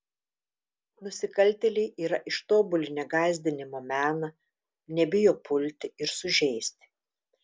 nusikaltėliai yra ištobulinę gąsdinimo meną nebijo pulti ir sužeisti